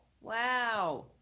Wow